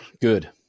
Good